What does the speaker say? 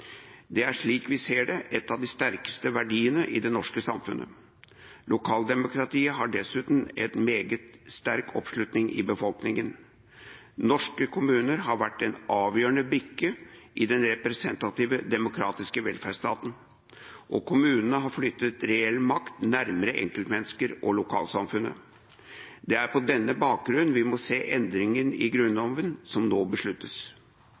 Det er, slik vi ser det, en av de sterkeste verdiene i det norske samfunnet. Lokaldemokratiet har dessuten en meget sterk oppslutning i befolkningen. Norske kommuner har vært en avgjørende brikke i den representative, demokratiske velferdsstaten, og kommunene har flyttet reell makt nærmere enkeltmennesker og lokalsamfunnet. Det er på denne bakgrunn vi må se endringen i Grunnloven som nå besluttes.